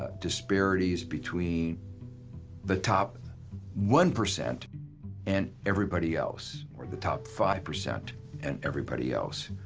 ah disparities between the top one percent and everybody else or the top five percent and everybody else.